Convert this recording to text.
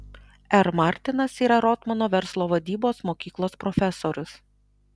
r martinas yra rotmano verslo vadybos mokyklos profesorius